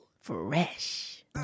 fresh